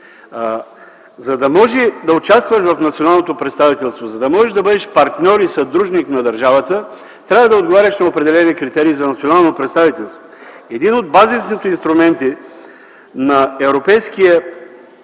За да можеш да участваш в националното представителство, за да можеш да бъдеш партньор и съдружник на държавата, трябва да отговаряш на определени критерии за национално представителство. Един от базисните инструменти на европейския